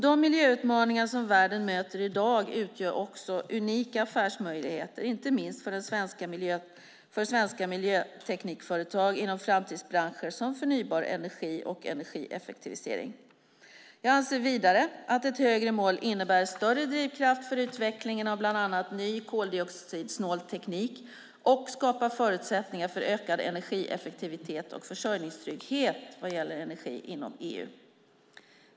De miljöutmaningar som världen möter i dag utgör också unika affärsmöjligheter, inte minst för svenska miljöteknikföretag inom framtidsbranscher som förnybar energi och energieffektivisering. Jag anser vidare att ett högre mål innebär större drivkraft för utvecklingen av bland annat ny koldioxidsnål teknik och skapar förutsättningar för ökad energieffektivitet och försörjningstrygghet vad gäller energi inom EU.